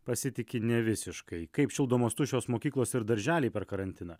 pasitiki ne visiškai kaip šildomos tuščios mokyklos ir darželiai per karantiną